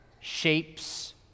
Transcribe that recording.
shapes